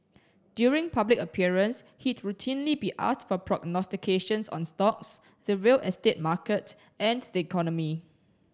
during public appearance he'd routinely be asked for prognostications on stocks the real estate market and the economy